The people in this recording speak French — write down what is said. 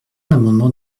l’amendement